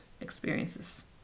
experiences